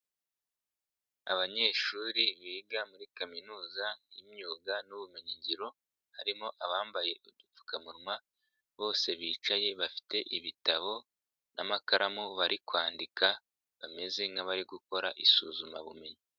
Abanyeshuri biga muri kaminuza y'imyuga n'ubumenyi ngiro harimo abambaye udupfukamunwa bose bicaye bafite ibitabo n'amakaramu bari kwandika bameze nk'abari gukora isuzumabumenyi.